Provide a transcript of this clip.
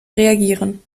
reagieren